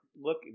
look